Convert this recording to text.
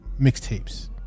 mixtapes